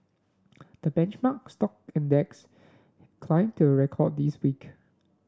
the benchmark stock index climbed to a record this week